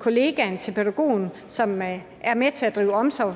kollegaen til pædagogen, som er med til at drage omsorg